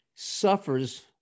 suffers